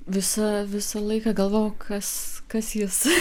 visa visą laiką galvojau kas kas jis